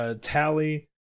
Tally